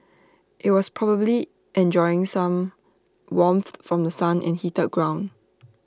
IT was probably enjoying some warmth from The Sun and heated ground